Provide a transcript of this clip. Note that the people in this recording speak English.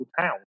town